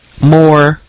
more